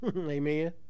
Amen